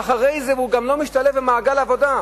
ואחרי זה הוא גם לא משתלב במעגל העבודה.